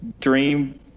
dream